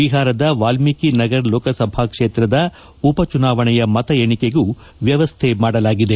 ಬಿಹಾರದ ವಾಲ್ಷೀಕಿ ನಗರ್ ಲೋಕಸಭಾಕ್ಷೇತ್ರದ ಉಪಚುನಾವಣೆಯ ಮತ ಎಣಿಕೆಗೂ ವ್ಯವಸ್ಥೆ ಮಾಡಲಾಗಿದೆ